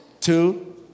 Two